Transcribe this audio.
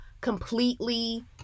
completely